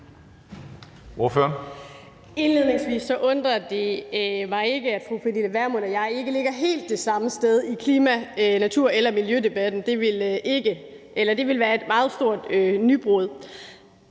det undrer mig ikke, at fru Pernille Vermund og jeg ikke ligger helt det samme sted i klima-, natur- eller miljødebatten; det ville være et meget stort nybrud.